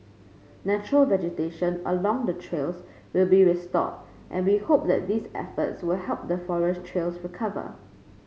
natural vegetation along the trails will be restored and we hope that these efforts will help the forest trails recover